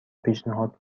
پیشنهاد